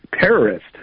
terrorist